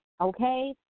okay